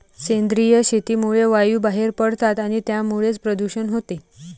सेंद्रिय शेतीमुळे वायू बाहेर पडतात आणि त्यामुळेच प्रदूषण होते